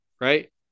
Right